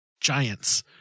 giants